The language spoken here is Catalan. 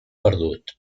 perdut